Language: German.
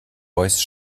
voice